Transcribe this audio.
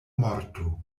morto